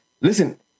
listen